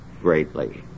greatly